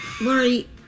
Lori